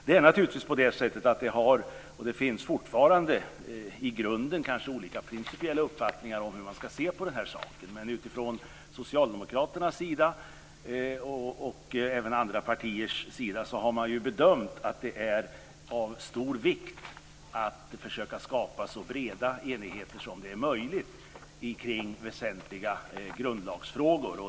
Det finns kanske fortfarande i grunden olika principiella uppfattningar om hur man ska se på saken. Utifrån Socialdemokraternas och även andra partiers sida har man bedömt att det är av stor vikt att försöka skapa så bred enighet som möjligt kring väsentliga grundlagsfrågor.